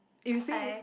if you say yes